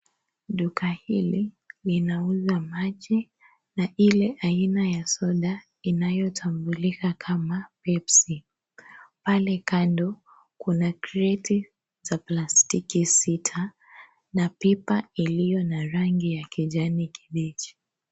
Duka hili, linauza maji, na ile aina ya soda, inayotambulika kama, pepsi, pale kando, kuna kreti za plastiki sita, na pipa iliyo na rangi ya kijani kibichi.